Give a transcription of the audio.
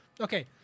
Okay